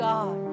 God